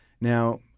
Now